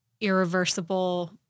irreversible